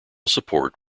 support